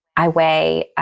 i weigh